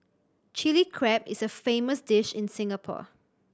Chilli Crab is a famous dish in Singapore